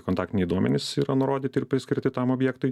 kontaktiniai duomenys yra nurodyti ir priskirti tam objektui